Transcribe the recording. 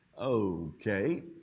okay